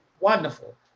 wonderful